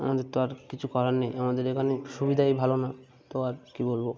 আমাদের তো আর কিছু করার নেই আমাদের এখানে সুবিধাই ভালো না তো আর কী বলব